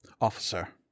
officer